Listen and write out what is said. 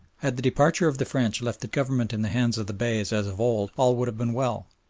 had the departure of the french left the government in the hands of the beys as of old all would have been well.